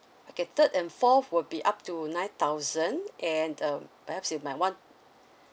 okay third and fourth will be up to nine thousand and um perhaps you might want